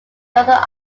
northern